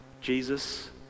Jesus